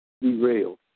derailed